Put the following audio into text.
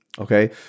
Okay